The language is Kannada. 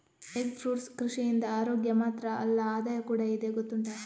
ಎಗ್ ಫ್ರೂಟ್ ಕೃಷಿಯಿಂದ ಅರೋಗ್ಯ ಮಾತ್ರ ಅಲ್ಲ ಆದಾಯ ಕೂಡಾ ಇದೆ ಗೊತ್ತುಂಟಾ